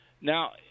Now